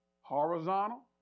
Horizontal